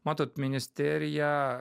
matot ministerija